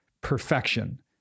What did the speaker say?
perfection